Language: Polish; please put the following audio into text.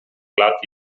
lat